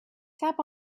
tap